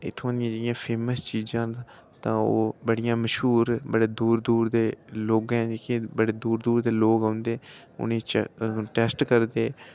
ते इत्थुआं इं'या फेमस चीज़ा ओह् बड़ियां मश्हूर बड़े दूर दूर दे लोकें बड़े दूर दूर दे लोक औंदे उनेईं टेस्ट करदे